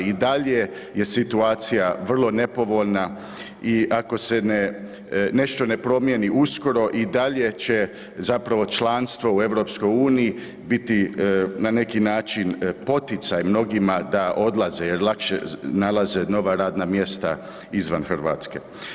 I dalje je situacija vrlo nepovoljna i ako se nešto ne promijeni uskoro i dalje će zapravo članstvo u EU biti na neki način poticaj mnogima da odlaze jer lakše nalaze nova radna mjesta izvan Hrvatske.